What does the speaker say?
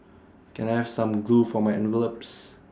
can I have some glue for my envelopes